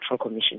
commission